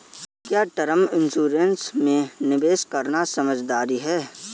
क्या term insurance में निवेश करना समझदारी है?